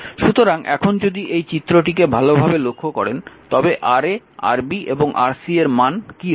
সুতরাং এখন যদি এই চিত্রটিকে ভালভাবে লক্ষ্য করেন তবে Ra Rb এবং Rc এর মান কী হবে